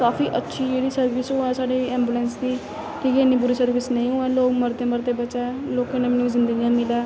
काफी अच्छी जेह्ड़ी सर्विस होऐ साढ़ी ऐंबुलेंस दी की के इन्नी बुरी सर्विस नेईं होऐ लोक मरदे मरदे बचै लोकें नमें नमें जिंदगियां मिलै